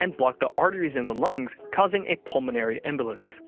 and block the arteries in the lungs causing a pulmonary embolus